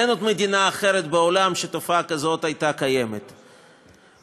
אין עוד מדינה אחרת בעולם שתופעה כזאת הייתה קיימת בה.